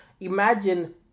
Imagine